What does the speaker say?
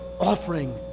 offering